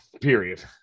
period